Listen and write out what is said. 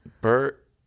Bert